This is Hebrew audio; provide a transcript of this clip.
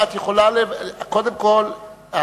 קודם כול,